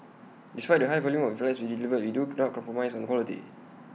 despite the high volume of flats we delivered we do not compromise on quality